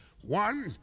one